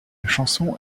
chanson